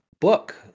book